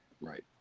Right